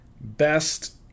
best